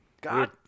God